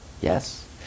yes